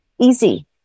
Easy